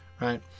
right